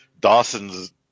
Dawson's